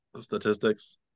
statistics